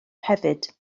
hefyd